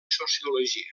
sociologia